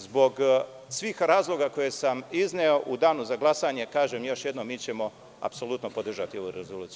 Zbog svih razloga koje sam izneo, u danu za glasanje, kažem još jednom, mi ćemo apsolutno podržati ovu rezoluciju.